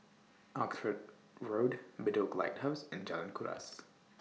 Oxford Road Bedok Lighthouse and Jalan Kuras